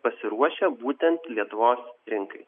pasiruošę būtent lietuvos rinkai